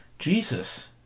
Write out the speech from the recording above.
Jesus